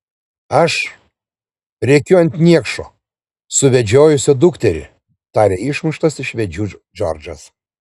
aš rėkiu ant niekšo suvedžiojusio dukterį tarė išmuštas iš vėžių džordžas